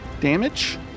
damage